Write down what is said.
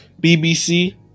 BBC